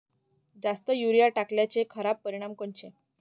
जास्त युरीया टाकल्याचे खराब परिनाम कोनचे?